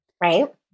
Right